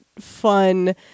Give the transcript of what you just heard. fun